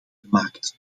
gemaakt